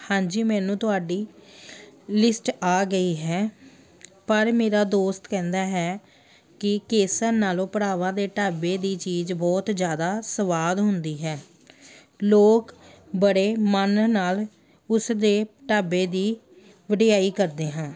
ਹਾਂਜੀ ਮੈਨੂੰ ਤੁਹਾਡੀ ਲਿਸਟ ਆ ਗਈ ਹੈ ਪਰ ਮੇਰਾ ਦੋਸਤ ਕਹਿੰਦਾ ਹੈ ਕਿ ਕੇਸਰ ਨਾਲੋਂ ਭਰਾਵਾਂ ਦੇ ਢਾਬੇ ਦੀ ਚੀਜ਼ ਬਹੁਤ ਜ਼ਿਆਦਾ ਸਵਾਦ ਹੁੰਦੀ ਹੈ ਲੋਕ ਬੜੇ ਮਨ ਨਾਲ ਉਸਦੇ ਢਾਬੇ ਦੀ ਵਡਿਆਈ ਕਰਦੇ ਹਾਂ